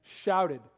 shouted